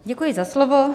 Děkuji za slovo.